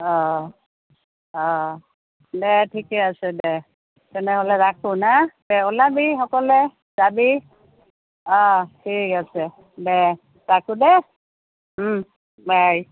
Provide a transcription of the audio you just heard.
অঁ অঁ অঁ দে ঠিকে আছে দে তেনেহ'লে ৰাখোঁ না দে ওলাবি সকলে যাবি অঁ ঠিক আছে দে ৰাখোঁ দে বাই